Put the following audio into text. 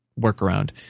workaround